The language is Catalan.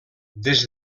des